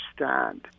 understand